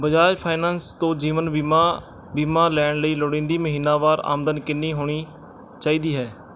Bajaj Finance ਤੋਂ ਜੀਵਨ ਬੀਮਾ ਬੀਮਾ ਲੈਣ ਲਈ ਲੋੜੀਂਦੀ ਮਹੀਨਾਵਾਰ ਆਮਦਨ ਕਿੰਨੀ ਹੋਣੀ ਚਾਹੀਦੀ ਹੈ